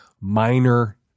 minor